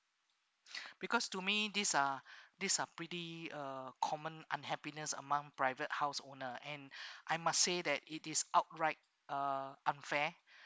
because to me these are these are pretty uh common unhappiness among private house owner and I must say that it is outright uh unfair